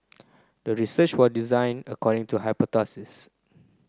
the research was designed according to hypothesis